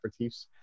aperitifs